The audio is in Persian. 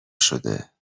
شده